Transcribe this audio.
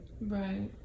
right